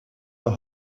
the